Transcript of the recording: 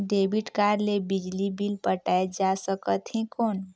Debit card ले बिजली bill पटाय जा सकथे कौन?